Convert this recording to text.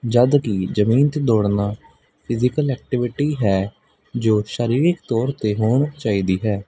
ਜਦ ਕਿ ਜ਼ਮੀਨ 'ਤੇ ਦੌੜਨਾ ਫਿਜ਼ੀਕਲ ਐਕਟੀਵਿਟੀ ਹੈ ਜੋ ਸਰੀਰਿਕ ਤੌਰ 'ਤੇ ਹੋਣੀ ਚਾਹੀਦੀ ਹੈ